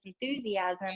enthusiasm